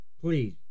please